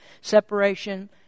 separation